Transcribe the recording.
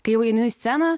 kai jau einu į sceną